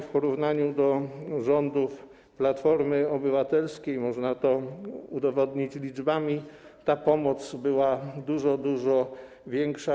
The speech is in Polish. W porównaniu do rządów Platformy Obywatelskiej, można to udowodnić liczbami, ta pomoc była dużo, dużo większa.